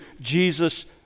Jesus